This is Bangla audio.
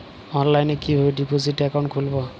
অনলাইনে কিভাবে ডিপোজিট অ্যাকাউন্ট খুলবো?